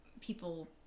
people